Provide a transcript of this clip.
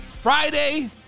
Friday